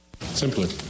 Simply